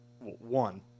one